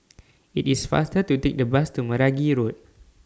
IT IS faster to Take The Bus to Meragi Road